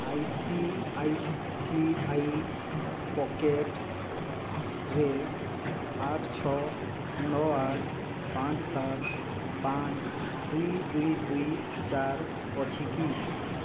I C I C I ପକେଟରେ ଆଠ ଛଅ ନଅ ଆଠ ପାଞ୍ଚ ସାତ ପାଞ୍ଚ ଦୁଇ ଦୁଇ ଦୁଇ ଚାର ଅଛି କି